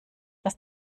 was